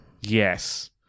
Yes